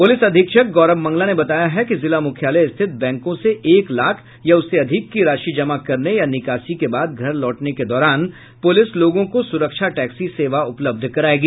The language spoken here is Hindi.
प्रलिस अधीक्षक गौरव मंगला ने बताया है कि जिला मुख्यालय स्थित बैंकों से एक लाख या उससे अधिक की राशि जमा करने या निकासी के बाद घर लौटने के दौरान पुलिस लोगों को सुरक्षा टैक्सी सेवा उपलब्ध करायेगी